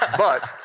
ah but.